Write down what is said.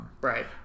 Right